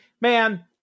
Man